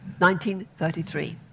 1933